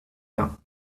rien